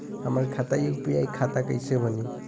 हमार खाता यू.पी.आई खाता कइसे बनी?